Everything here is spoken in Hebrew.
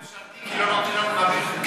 שיהיה חוק ממשלתי, כי לא נותנים לנו להעביר חוקים.